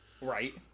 right